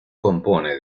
compone